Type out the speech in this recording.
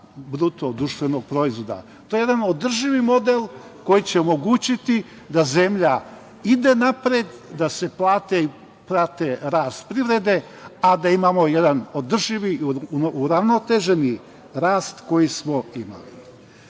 a plate negde 9% BDP. To je jedan održivi model koji će omogućiti da zemlja ide napred, da plate prate rast privrede, a da imamo jedan održivi, uravnoteženi rast koji smo imali. Znate,